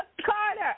Carter